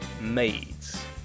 Maid's